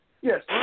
Yes